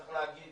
צריך להגיד